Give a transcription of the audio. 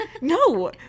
No